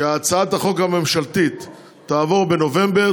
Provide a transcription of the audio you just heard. שהצעת החוק הממשלתית תעבור בנובמבר,